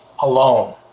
alone